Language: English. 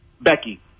Becky